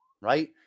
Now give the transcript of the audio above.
right